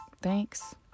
Thanks